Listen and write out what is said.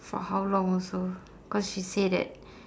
for how long also cause she say that